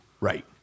right